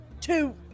two